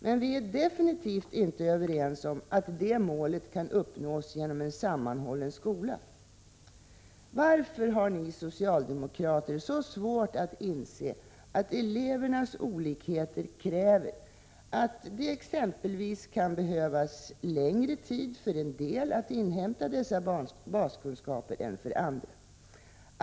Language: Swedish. Men vi är definitivt inte överens om att det målet kan uppnås genom en sammanhållen skola. Varför har ni socialdemokrater så svårt att inse att elevernas olikheter kräver att det exempelvis kan behövas längre tid för en del att inhämta dessa baskunskaper än för andra?